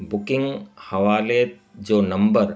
booking हवाले जो number